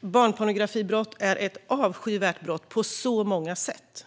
Barnpornografibrott är ett avskyvärt brott på så många sätt.